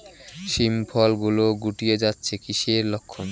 শিম ফল গুলো গুটিয়ে যাচ্ছে কিসের লক্ষন?